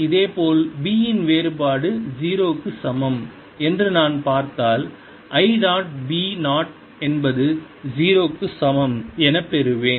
இதேபோல் B இன் வேறுபாடு 0 க்கு சமம் என்று நான் பார்த்தால் i டாட் B 0 என்பது 0 க்கு சமம் என பெறுவேன்